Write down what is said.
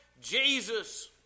Jesus